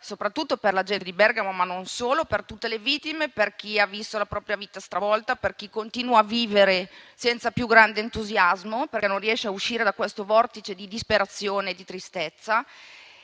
soprattutto per la gente di Bergamo, ma non solo, per tutte le vittime, per chi ha visto la propria vita stravolta, per chi continua a vivere senza più grande entusiasmo perché non riesce a uscire da questo vortice di disperazione e di tristezza.